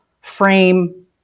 frame